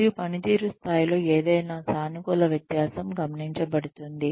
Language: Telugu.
మరియు పనితీరు స్థాయిలో ఏదైనా సానుకూల వ్యత్యాసం గమనించబడుతుంది